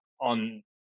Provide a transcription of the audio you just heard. on